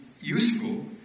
useful